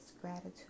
gratitude